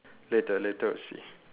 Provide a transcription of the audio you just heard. later later we'll see